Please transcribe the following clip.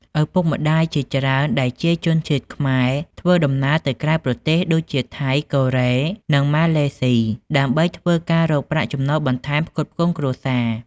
ឪពុកម្តាយជាច្រើន ដែលជាជនជាតិខ្មែរធ្វើដំណើរទៅក្រៅប្រទេស ដូចជា ថៃ កូរ៉េ និងម៉ាឡេស៊ី ដើម្បីធ្វើការរកប្រាក់ចំណូលបន្ថែមផ្គត់ផ្គង់គ្រួសារ។